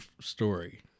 story